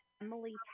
emily